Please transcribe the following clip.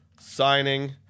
signing